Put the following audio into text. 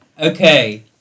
okay